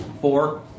Four